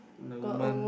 the woman